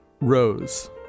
Rose